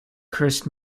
cursed